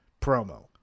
promo